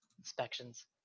inspections